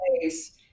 place